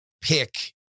pick